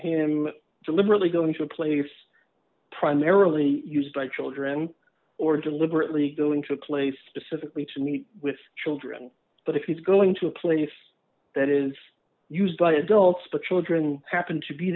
him deliberately going to a place primarily used by children or deliberately going to a place specifically to meet with children but if he's going to a place that is used by his goals for children happened to be